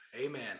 amen